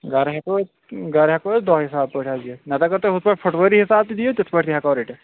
گرٕ ہیٚکو أسۍ گرٕ ہیکَو دۄہ حساب نتہٕ اگر تُہۍ ہُتھ پٲٹھۍ فُٹوٲری حساب تہِ دِیو تِتھ پٲٹھۍ تہِ ہیٚکو رٹِتھ